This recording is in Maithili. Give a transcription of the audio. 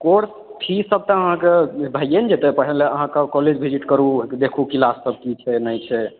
कोर्स फीससभ तऽ अहाँके भइए ने जेतै पहिले अहाँके कॉलेज भिजिट करू देखू क्लाससभ की छै नहि छै